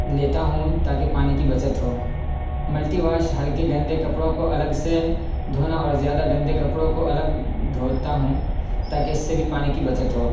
لیتا ہوں تا کہ پانی کی بچت ہو ملٹی واش ہلکے گندے کپڑوں کو الگ سے دھونا اور زیادہ گندے کپڑوں کو الگ دھوتا ہوں تا کہ اس سے بھی پانی کی بچت ہو